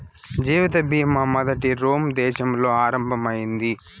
జీవిత బీమా మొదట రోమ్ దేశంలో ఆరంభం అయింది